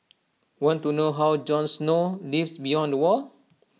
want to know how Jon snow lives beyond the wall